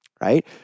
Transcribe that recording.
Right